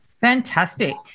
Fantastic